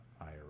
IRA